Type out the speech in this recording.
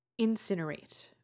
Incinerate